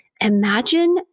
Imagine